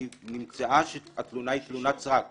ונמצא שהתלונה היא תלונת סרק -- --קנטרנית.